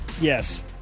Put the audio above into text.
Yes